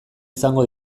izango